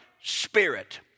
spirit